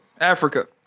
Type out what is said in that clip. Africa